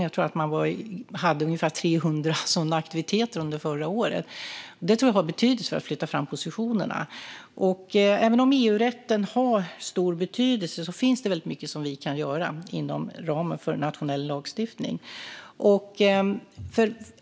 Jag tror att de hade ungefär 300 sådana aktiviteter under förra året. Detta tror jag har betydelse för att flytta fram positionerna. Även om EU-rätten har stor betydelse finns det mycket vi kan göra inom ramen för nationell lagstiftning.